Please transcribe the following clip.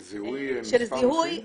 של זיהוי חיצוני --- של זיהוי מספר נוסעים?